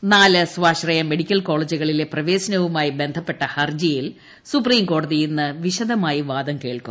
കേരളത്തിലെ നാല് സ്വാശ്രയ മെഡിക്കൽ കോളേജുകളിലെ പ്രവേശനവുമായി ബന്ധപ്പെട്ട ഹർജിയിൽ സുപ്രീം കോടതി ഇന്ന് വിശദമായി വാദം കേൾക്കും